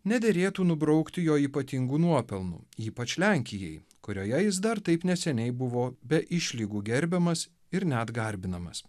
nederėtų nubraukti jo ypatingų nuopelnų ypač lenkijai kurioje jis dar taip neseniai buvo be išlygų gerbiamas ir net garbinamas